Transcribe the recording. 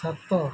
ସାତ